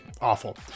awful